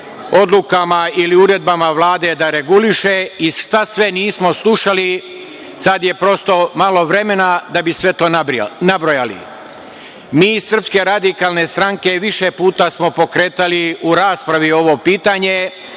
odlukama ili uredbama Vlade reguliše i šta sve nismo slušali. Sad je prosto malo vremena da bi to sve nabrojali. Mi iz SRS više puta smo pokretali u raspravi ovo pitanje